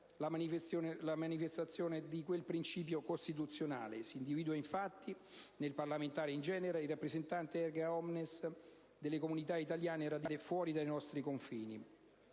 manifestazione di quel principio costituzionale: si individua infatti nel parlamentare in genere il rappresentante *erga omnes* delle comunità italiane radicate fuori dai nostri confini.